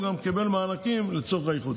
הוא קיבל מענקים לצורך האיחוד.